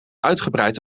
uitgebreid